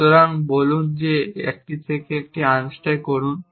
সুতরাং বলুন আপনি একটি থেকে একটি আনস্ট্যাক করুন